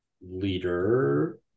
leader